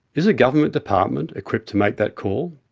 is a government department equipped to make that call?